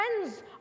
friends